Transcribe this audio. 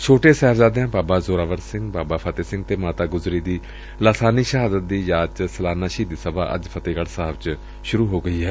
ਛੋਟੇ ਸਾਹਿਬਜ਼ਾਦਿਆਂ ਬਾਬਾ ਜ਼ੋਰਾਵਰ ਸਿੰਘ ਬਾਬਾ ਫਤਹਿ ਸਿੰਘ ਅਤੇ ਮਾਤਾ ਗੁਜਰੀ ਦੀ ਲਾਸਾਨੀ ਸ਼ਹਾਦਤ ਦੀ ਯਾਦ ਚ ਸਾਲਾਨਾ ਸ਼ਹੀਦੀ ਸਭਾ ਅੱਜ ਫਤਹਿਗੜੁ ਸਾਹਿਬ ਚ ਸੂਰੁ ਹੋ ਗਈ ਏ